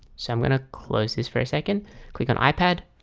so i'm gonna close this for a second click on ipad